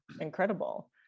incredible